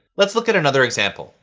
let's look at another example.